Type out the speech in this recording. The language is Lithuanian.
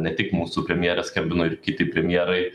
ne tik mūsų premjerė skambino ir kiti premjerai